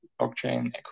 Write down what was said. blockchain